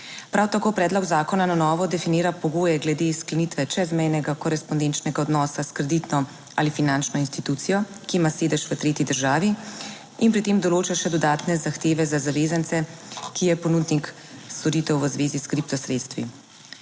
Prav tako predlog zakona na novo definira pogoje glede sklenitve čezmejnega korespondenčnega odnosa s kreditno ali finančno institucijo, ki ima sedež v tretji državi, in pri tem določa še dodatne zahteve za zavezance, ki je ponudnik storitev v zvezi s kriptosredstvi.